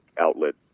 outlet